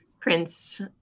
prince